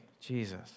Jesus